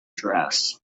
dress